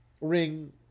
Ring